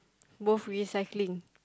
both recycling